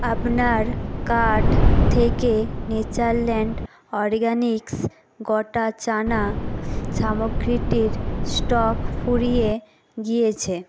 আপনার কাঠ থেকে নেচারল্যান্ড অরগ্যানিক্স গোটা চানা সামগ্রীটির স্টক ফুরিয়ে গিয়েছে